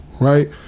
Right